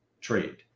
trade